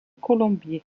colombiers